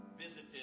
visited